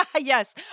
Yes